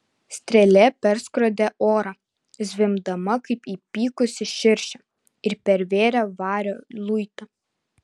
strėlė perskrodė orą zvimbdama kaip įpykusi širšė ir pervėrė vario luitą